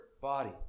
body